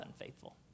unfaithful